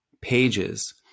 pages